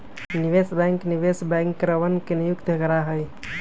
निवेश बैंक निवेश बैंकरवन के नियुक्त करा हई